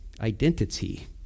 identity